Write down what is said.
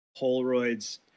Polaroids